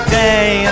day